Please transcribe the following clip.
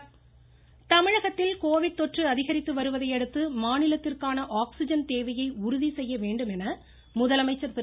முதலமைச்சர் கடிதம் தமிழகத்தில் கோவிட் தொற்று அதிகரித்து வருவதையடுத்து மாநிலத்திற்கான ஆக்சிஜன் தேவையை உறுதி செய்ய வேண்டும் என முதலமைச்சர் திரு